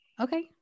Okay